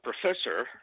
professor